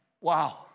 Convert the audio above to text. Wow